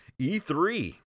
E3